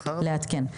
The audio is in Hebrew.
לעדכן.